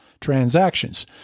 transactions